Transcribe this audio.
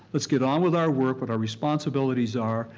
let's get on with our work, what our responsibilities are.